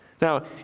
Now